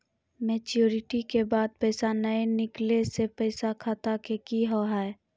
Maturity के बाद पैसा नए निकले से पैसा खाता मे की होव हाय?